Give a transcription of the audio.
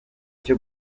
cyo